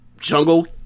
Jungle